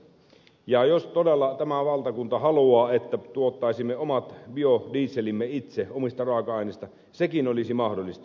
ja jos todella tämä valtakunta haluaa että tuottaisimme omat biodieselimme itse omista raaka aineista sekin olisi mahdollista